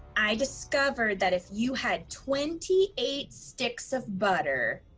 i discovered that if you had twenty eight sticks of butter,